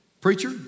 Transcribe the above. Preacher